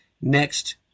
next